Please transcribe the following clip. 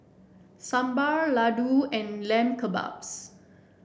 Sambar Ladoo and Lamb Kebabs